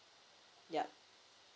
yup